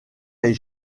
est